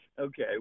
Okay